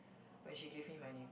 when she gave me my name